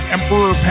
Emperor